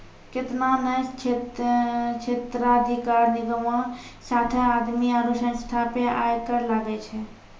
केतना ने क्षेत्राधिकार निगमो साथे आदमी आरु संस्था पे आय कर लागै छै